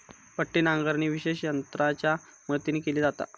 पट्टी नांगरणी विशेष यंत्रांच्या मदतीन केली जाता